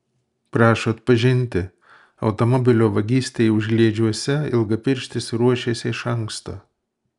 prašo atpažinti automobilio vagystei užliedžiuose ilgapirštis ruošėsi iš anksto